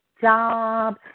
job